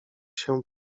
się